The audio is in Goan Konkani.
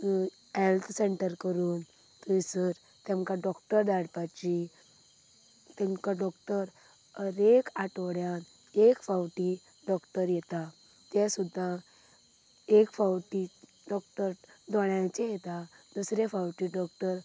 हेल्थ सेंटर करून थंयसर तांकां डॉक्टर धाडपाची तांकां डॉक्टर हर एक आठवड्यांत एक फावटी डॉक्टर येता तें सुद्दां एक फावटी डॉक्टर दोळ्यांचे येतात दुसरें फावटी डॉक्टर